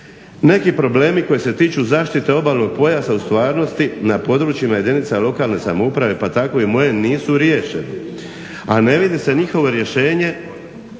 Neki problemi koji se tiču zaštite obalnog pojasa u stvarnosti na područjima jedinica lokalne samouprave pa tako i moje nisu riješeni, a ne vidi se njihovo rješenje